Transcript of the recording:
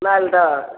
Maldah